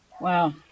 Wow